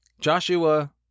Joshua